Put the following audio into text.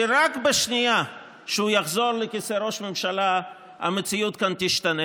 שרק בשנייה שהוא יחזור לכיסא ראש הממשלה המציאות כאן תשתנה,